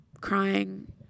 crying